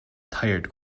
tired